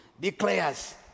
Declares